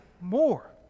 more